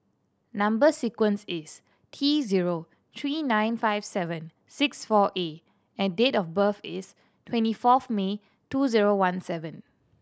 number sequence is T zero three nine five seven six four A and date of birth is twenty fourth May two zero one seven